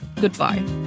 goodbye